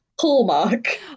Hallmark